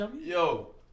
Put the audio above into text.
Yo